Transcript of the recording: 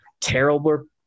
terrible